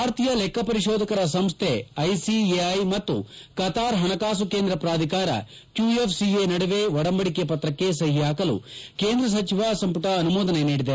ಭಾರತೀಯ ಲೆಕ್ಷಪರಿಶೋಧಕರ ಸಂಸ್ಹೆ ಐಸಿಎಐ ಮತ್ತು ಕತಾರ್ ಹಣಕಾಸು ಕೇಂದ್ರ ಪ್ರಾಧಿಕಾರ ಕ್ಟೂಎಫ್ಸಿಎ ನಡುವೆ ಒಡಂಬಡಿಕೆ ಪತ್ರಕ್ಕೆ ಸಹಿ ಹಾಕಲು ಕೇಂದ್ರ ಸಚಿವ ಸಂಪುಟ ಅನುಮೋದನೆ ನೀಡಿದೆ